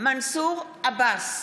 חמד עמאר,